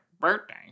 birthday